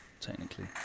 technically